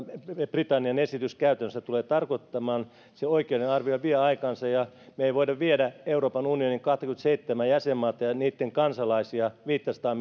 britannian esitys käytännössä tulee tarkoittamaan oikeudellinen arvio vie aikansa ja me emme voi viedä euroopan unionin kahtakymmentäseitsemää jäsenmaata ja niitten kansalaisia viittäsataa